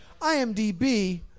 IMDB